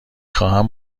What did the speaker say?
خواهم